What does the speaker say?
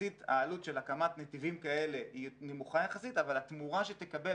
העלות של הקמת נתיבים כאלה היא נמוכה יחסית אבל התמורה שתקבל